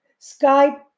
Skype